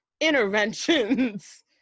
interventions